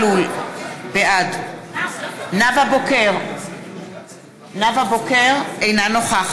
ראובן, בעד נפתלי בנט, אינו נוכח